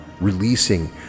releasing